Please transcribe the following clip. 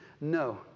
No